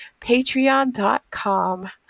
patreon.com